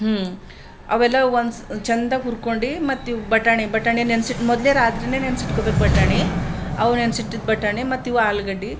ಹ್ಞೂ ಅವೆಲ್ಲ ಒಂದ್ಸ್ ಚಂದ ಹುರ್ಕೊಂಡು ಮತ್ ಇವು ಬಟಾಣಿ ಬಟಾಣಿ ನೆನ್ಸಿಟ್ಟು ಮೊದಲೇ ರಾತ್ರಿನೇ ನೆನ್ಸಿಟ್ಕೊಬೇಕು ಬಟಾಣಿ ಅವು ನೆನ್ಸಿಟ್ಟಿದ್ದು ಬಟಾಣಿ ಮತ್ತು ಇವು ಆಲೂಗಡ್ಡೆ